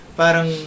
parang